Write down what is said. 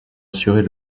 assurer